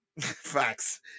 Facts